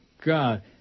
God